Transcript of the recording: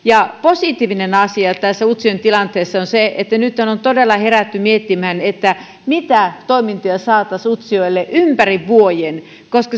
positiivinen asia tässä utsjoen tilanteessa on se että nythän on todella herätty miettimään mitä toimintoja saataisiin utsjoelle ympäri vuoden koska